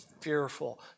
fearful